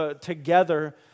together